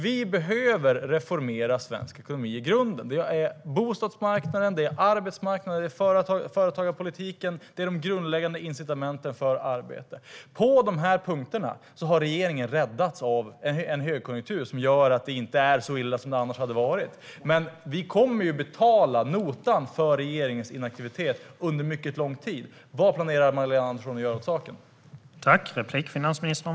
Vi behöver reformera svensk ekonomi i grunden. Det handlar om bostadsmarknaden, arbetsmarknaden, företagarpolitiken och de grundläggande incitamenten för arbete. På de punkterna har regeringen räddats av en högkonjunktur som gör att det inte är så illa som det annars hade varit. Men vi kommer att betala notan för regeringens inaktivitet under mycket lång tid. Vad planerar Magdalena Andersson att göra åt saken?